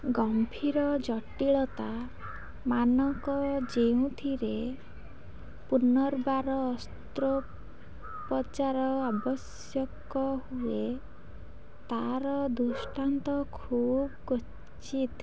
ଗମ୍ଭୀର ଜଟିଳତା ମାନଙ୍କ ଯେଉଁଥିରେ ପୁନର୍ବାର ଅସ୍ତ୍ରୋପଚାର ଆବଶ୍ୟକ ହୁଏ ତା'ର ଦୃଷ୍ଟାନ୍ତ ଖୁବ କ୍ୱଚିତ୍